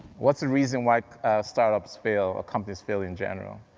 what's the reason why startups fail, or companies fail in general?